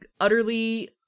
utterly